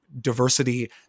diversity